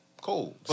cool